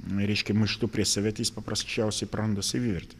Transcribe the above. reiškia maištu prieš save tai jis paprasčiausiai praranda savivertę